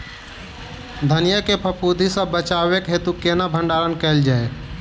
धनिया केँ फफूंदी सऽ बचेबाक हेतु केना भण्डारण कैल जाए?